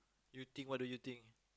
you think what do you think